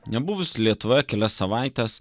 nebuvus lietuva kelias savaites